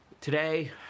Today